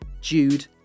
Jude